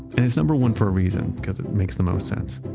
and it's number one for a reason because it makes the most sense.